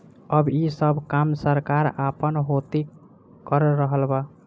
अब ई सब काम सरकार आपना होती कर रहल बा